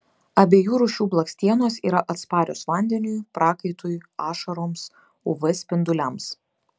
abiejų rūšių blakstienos yra atsparios vandeniui prakaitui ašaroms uv spinduliams